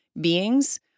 beings